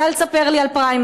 אז אל תספר לי על פריימריז.